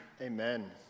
Amen